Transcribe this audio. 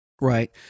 Right